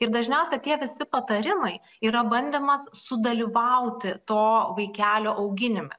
ir dažniausia tie visi patarimai yra bandymas sudalyvauti to vaikelio auginime